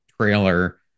trailer